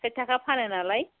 साइथ थाखा फानो नालाय